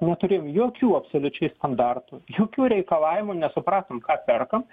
neturim jokių absoliučiai standartų jokių reikalavimų nesupratom ką perkam